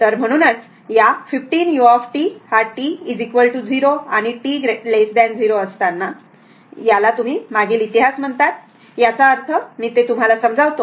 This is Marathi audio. तर म्हणूनच या 15 u हा t 0 आणि t 0 असताना याला तुम्ही मागील इतिहास म्हणतात याचा अर्थ मी ते तुम्हाला समजावतो